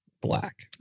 Black